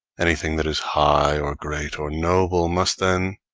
anything that is high or great or noble, must then,